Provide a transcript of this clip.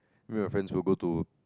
your friends will go to